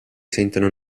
sentono